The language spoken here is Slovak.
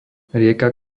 rieka